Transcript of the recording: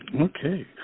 Okay